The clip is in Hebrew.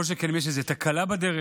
כל שכן אם יש איזו תקלה בדרך,